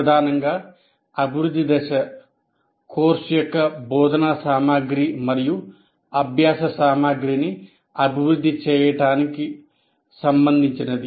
ప్రధానంగా అభివృద్ధి దశ కోర్సు యొక్క బోధనా సామగ్రి మరియు అభ్యాస సామగ్రిని అభివృద్ధి చేయటానికి సంబంధించినది